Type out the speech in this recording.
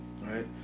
right